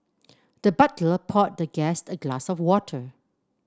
the butler poured the guest a glass of water